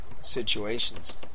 situations